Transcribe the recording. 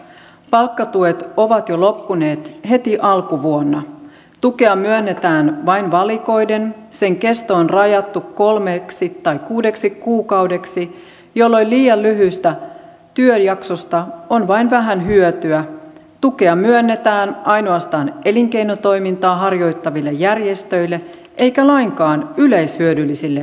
palkkatuet ovat jo loppuneet heti alkuvuonna tukea myönnetään vain valikoiden sen kesto on rajattu kolmeksi tai kuudeksi kuukaudeksi jolloin liian lyhyistä työjaksoista on vain vähän hyötyä tukea myönnetään ainoastaan elinkeinotoimintaa harjoittaville järjestöille eikä lainkaan yleishyödyllisille yhdistyksille